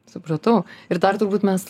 supratau ir dar turbūt mes